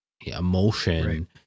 emotion